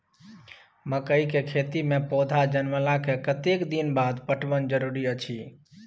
मकई के खेती मे पौधा जनमला के कतेक दिन बाद पटवन जरूरी अछि?